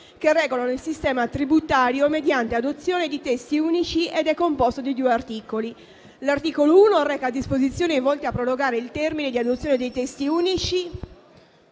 che regolano il sistema tributario mediante adozione di testi unici ed è composto di due articoli. L'articolo 1 reca disposizioni volte a prorogare il termine di adozione dei testi unici